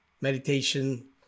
meditation